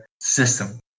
system